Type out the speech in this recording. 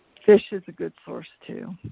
fish is a good source too,